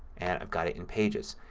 and i've got it in pages.